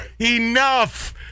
enough